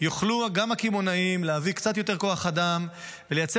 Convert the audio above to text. יוכלו גם הקמעונאים להביא קצת יותר כוח אדם ולייצר